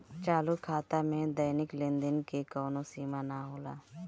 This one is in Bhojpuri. चालू खाता में दैनिक लेनदेन के कवनो सीमा ना होला